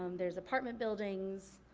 um there's apartment buildings.